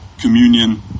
communion